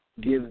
give